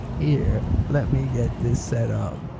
here, let me get this set up.